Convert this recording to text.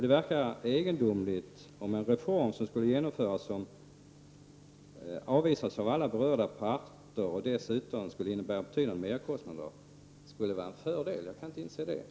Det verkar egendomligt att en reform som skall införas och som avvisas av alla berörda parter och dessutom skulle innebära betydande merkostnader skulle vara en fördel. Jag kan inte inse det.